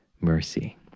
mercy